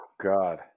God